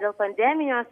dėl pandemijos